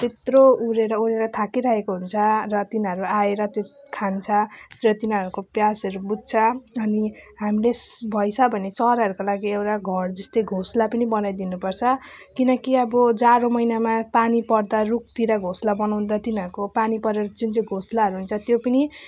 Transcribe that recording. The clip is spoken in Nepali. त्यत्रो उडेर उडेर थाकिरहेको हुन्छ र तिनीहरू आएर त्यो खान्छ र तिनीहरूको प्यासहरू बुझ्छ अनि हामी भैसा भन्ने चराहरूको लागि एउटा घरजस्तै घोसला पनि बनाइदिनु पर्छ किनकि अब जाडो महिनामा पानी पर्दा रुखतिर घोसला बनाउँदा तिनीहरूको पानी परेर जुन चाहिँ घोसलाहरू हुन्छ त्यो पनि